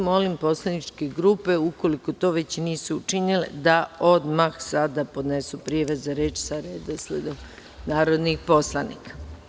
Molim poslaničke grupe ukoliko to nisu učinile da odmah sada podnesu prijave za reč sa redosledom narodnih poslanika.